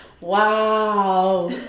wow